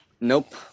Nope